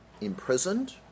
imprisoned